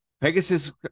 Pegasus